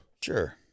Sure